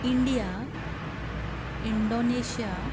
India Indonesia